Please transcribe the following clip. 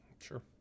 Sure